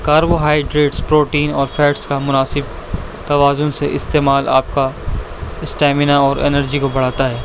carbohydrates protein اور fats کا مناسب توازن سے استعمال آپ کا اسٹیمنا اور انرجی کو بڑھاتا ہے